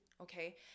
okay